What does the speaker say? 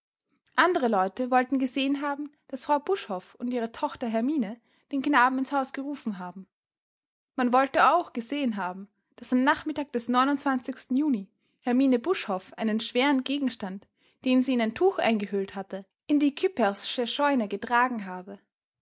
andere leute wollten gesehen haben daß frau buschhoff und ihre tochter hermine den knaben ins haus gerufen haben man wollte auch gesehen haben daß am nachmittag des juni hermine buschhoff einen schweren gegenstand den sie in ein tuch eingehüllt hatte in die küpperssche scheune getragen habe